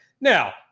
Now